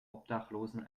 obdachlosen